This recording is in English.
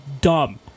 dumb